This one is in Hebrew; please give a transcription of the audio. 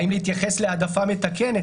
האם להתייחס להעדפה מתקנת?